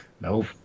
Nope